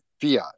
fiat